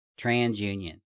TransUnion